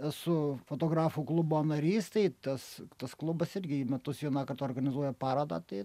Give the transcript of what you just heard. esu fotografų klubo narys tai tas tas klubas irgi į metus vienąkart organizuoja parodą tai